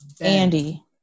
Andy